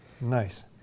Nice